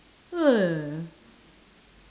!huh!